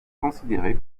considérée